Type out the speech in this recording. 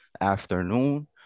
afternoon